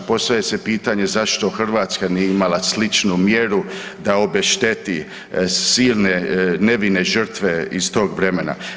Postavlja se pitanje zašto Hrvatska nije imala sličnu mjeru da obešteti silne nevine žrtve iz tog vremena.